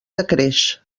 decreix